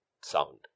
sound